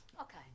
Okay